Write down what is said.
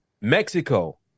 Mexico